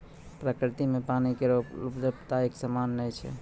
प्रकृति म पानी केरो उपलब्धता एकसमान नै छै